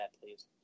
please